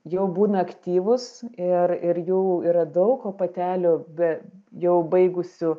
jau būna aktyvūs ir ir jų yra daug o patelių be jau baigusių